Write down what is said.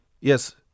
Yes